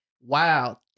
Wow